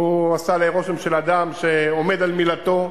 והוא עשה עלי רושם של אדם שעומד על מילתו,